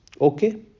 Okay